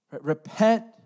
Repent